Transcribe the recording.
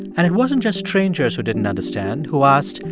and it wasn't just strangers who didn't understand, who asked,